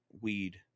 weed